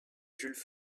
jules